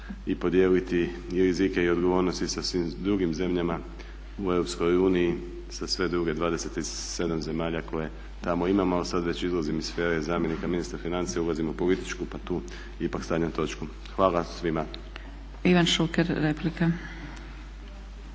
i podijeliti i rizike i odgovornosti sa svim drugim zemljama u Europskoj uniji, sa svih drugih 27 zemalja koje tamo imamo. Ali sad već izlazim iz sfere zamjenika ministra financija, ulazim u političku pa tu ipak stavljam točku. Hvala svima. **Zgrebec, Dragica